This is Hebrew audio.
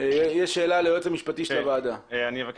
ליועץ המשפטי של הוועדה יש